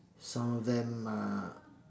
some of them uh